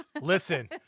Listen